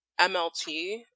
MLT